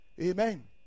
Amen